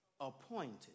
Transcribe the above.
appointed